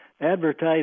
advertise